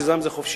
ששם זה חופשי.